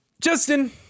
Justin